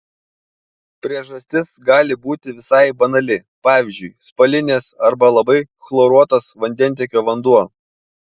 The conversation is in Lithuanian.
priežastis gali būti visai banali pavyzdžiui spalinės arba labai chloruotas vandentiekio vanduo